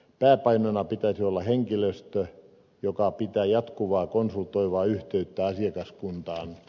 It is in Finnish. pääpainona pitäisi olla henkilöstön joka pitää jatkuvaa konsultoivaa yhteyttä asiakaskuntaan